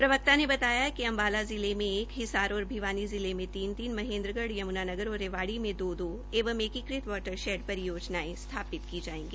प्रवक्ता ने बताया कि अम्बाला जिले में एक हिसार और भिवानी में तीन तीन महेन्द्रगढ़ यमुनानगर और रेवाड़ी में दो दो एवं एकीकृत वाटरशैड परियोजनायें स्थापित की जायेगी